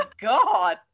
God